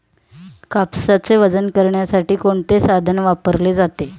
कापसाचे वजन करण्यासाठी कोणते साधन वापरले जाते?